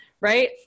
right